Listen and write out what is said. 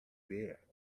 there